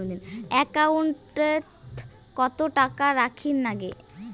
একাউন্টত কত টাকা রাখীর নাগে?